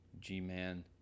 G-Man